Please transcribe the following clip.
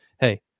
hey